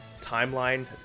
timeline